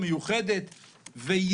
אם אתה מתעקש שתהיה הזדמנות אחת, בסדר.